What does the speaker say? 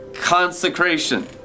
consecration